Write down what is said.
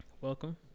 Welcome